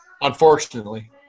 unfortunately